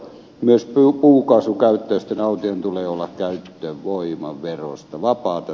myös puukaasukäyttöisten autojen tulee olla käyttövoimaverosta vapaata